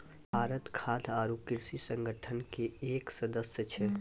भारत खाद्य आरो कृषि संगठन के एक सदस्य छै